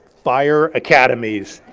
fire academies.